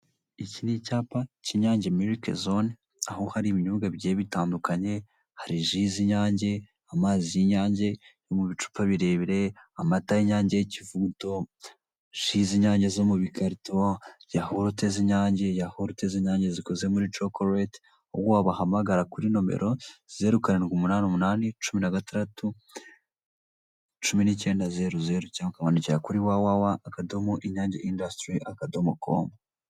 iki ni icyapa cy'inyange miru zone aho hari ibinyobwa bye bitandukanye hari gi z nyange amazi y'inyange yo mu bicupa birebire amata y'inyange y'ivugutoshizi nyange zo mu carito ya holte'inyange ya holttesinyange zikoze muri tcolete uwo bahamagara kuri nomero zirukanarwa umunani umunani cumi nagatandatu cumi n niicyenda zeru ziherutse ukabonekira kuri www inyange industrecom